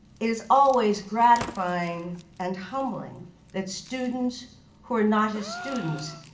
it is always gratifying and humbling that students who are not his students,